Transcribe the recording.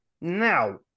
Now